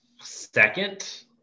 Second